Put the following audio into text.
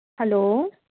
hello